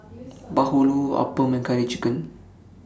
Bahulu Appam and Curry Chicken